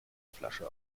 flasche